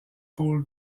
pôle